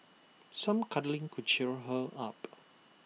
some cuddling could cheer her up